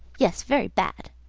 yes, very bad!